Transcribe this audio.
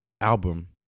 album